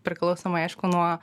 priklausomai aišku nuo